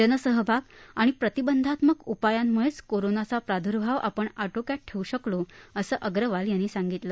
जनसहभाग आणि प्रतिबंधक उपायांमुळेच कोरोनाच प्राद्र्भाव आपण आटोक्यात ठेवू शकलो असं अग्रवाल यांनी सांगितलं